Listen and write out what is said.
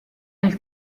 elle